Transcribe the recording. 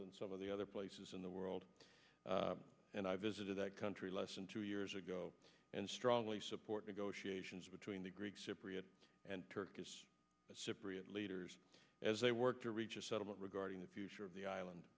in some of the other places in the world and i visited that country less than two years ago and strongly support negotiations between the greek cypriot and turkish cypriot leaders as they work to reach a settlement regarding the future of the island